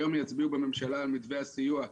היום יצביעו בממשלה על מתווה הסיוע לתיירות.